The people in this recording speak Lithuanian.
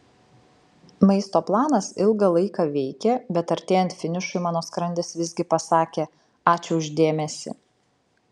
maisto planas ilgą laiką veikė bet artėjant finišui mano skrandis visgi pasakė ačiū už dėmesį